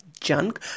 junk